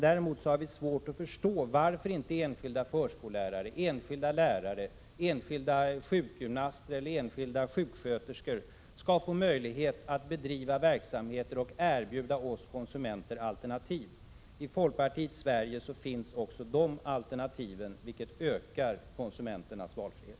Däremot har vi svårt att förstå varför inte enskilda förskollärare, enskilda lärare, enskilda sjukgymnaster eller enskilda sjuksköterskor skall få möjlighet att bedriva verksamheter och erbjuda oss konsumenter alternativ. I folkpartiets Sverige finns också de alternativen, vilket ökar konsumenternas valfrihet.